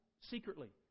secretly